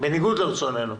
בניגוד לרצוננו.